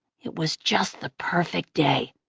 it was just the perfect day.